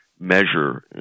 measure